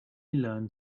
learned